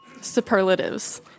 Superlatives